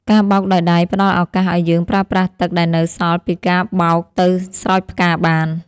ការបោកដោយដៃផ្តល់ឱកាសឱ្យយើងប្រើប្រាស់ទឹកដែលនៅសល់ពីការបោកទៅស្រោចផ្កាបាន។